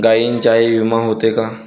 गायींचाही विमा होते का?